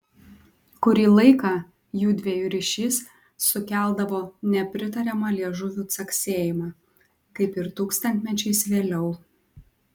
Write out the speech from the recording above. kurį laiką jųdviejų ryšys sukeldavo nepritariamą liežuvių caksėjimą kaip ir tūkstantmečiais vėliau